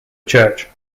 church